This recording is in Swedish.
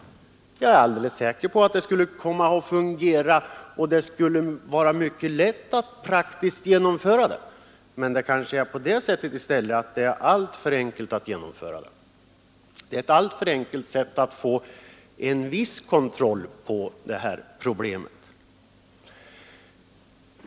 Jag är alldeles säker på att det skulle fungera och att det vore lätt att praktiskt genomföra saken. Kanske är det ett alltför enkelt sätt att få en viss kontroll på detta problem.